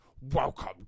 welcome